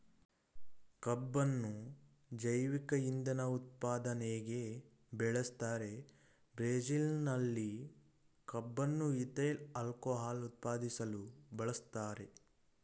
ಕಬ್ಬುನ್ನು ಜೈವಿಕ ಇಂಧನ ಉತ್ಪಾದನೆಗೆ ಬೆಳೆಸ್ತಾರೆ ಬ್ರೆಜಿಲ್ನಲ್ಲಿ ಕಬ್ಬನ್ನು ಈಥೈಲ್ ಆಲ್ಕೋಹಾಲ್ ಉತ್ಪಾದಿಸಲು ಬಳಸ್ತಾರೆ